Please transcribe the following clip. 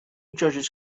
judges